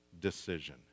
decision